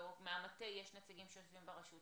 מהמטה שיושבים ברשות,